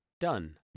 Done